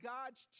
God's